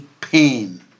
pain